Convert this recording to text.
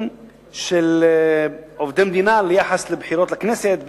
של עובדי מדינה ביחס לבחירות לכנסת,